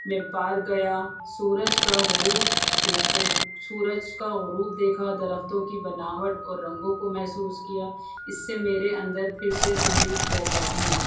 میں پار گیا سورج کا غروب دیکھو سورج کا غروب دیکھا درختوں کی بناوٹ اور رنگوں کو محسوس کیا اس سے میرے اندر پھر سے تحریک پیدا ہوئی